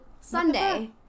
Sunday